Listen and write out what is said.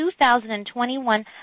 2021